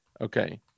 okay